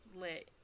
let